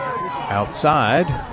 outside